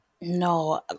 No